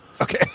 Okay